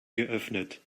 geöffnet